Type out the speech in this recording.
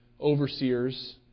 overseers